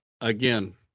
again